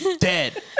dead